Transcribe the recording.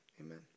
amen